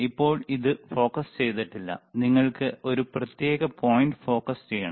ഇപ്പോൾ ഇത് ഫോക്കസ് ചെയ്തിട്ടില്ല നിങ്ങൾ ഒരു പ്രത്യേക പോയിന്റ് ഫോക്കസ് ചെയ്യണം